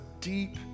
deep